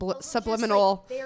subliminal